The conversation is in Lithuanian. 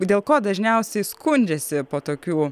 dėl ko dažniausiai skundžiasi po tokių